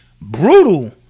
brutal